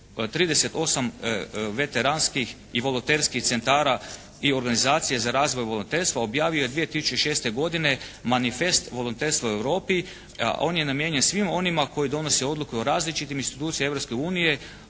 38 veteranskih i volonterskih centara i organizacije za razvoj volonterstva objavio je 2006. godine Manifest volonterstva u Europi, a on je namijenjen svima onima koji donose odluke o različitim institucijama